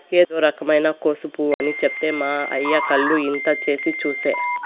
ఇదో రకమైన కోసు పువ్వు అని చెప్తే మా అయ్య కళ్ళు ఇంత చేసి చూసే